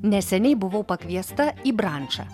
neseniai buvau pakviesta į brančą